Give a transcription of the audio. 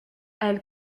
elle